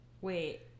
Wait